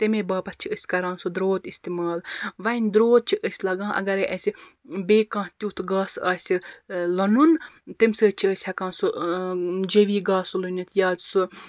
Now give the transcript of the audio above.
تَمے باپَتھ چھِ أسۍ کران سُہ درٛۅت اِستعمال وۅنۍ درٛۅت چھِ اَسہِ لگان اَگرٕے اَسہِ بیٚیہِ کانٛہہ تیُتھ گاسہٕ آسہِ لونُن تَمہِ سۭتۍ چھِ أسۍ ہیٚکان سُہ جیوی گاسہٕ لوٗنِتھ یا سُہ